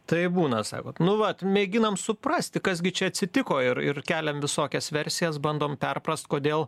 taip būna sakot nu vat mėginam suprasti kas gi čia atsitiko ir ir keliam visokias versijas bandom perprast kodėl